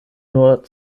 nur